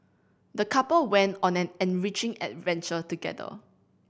the couple went on an enriching adventure together